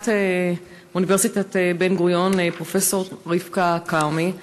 נשיאת אוניברסיטת בן-גוריון פרופסור רבקה כרמי.